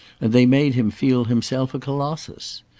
and they made him feel himself a colossus.